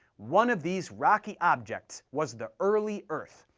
one of these rocky objects was the early earth,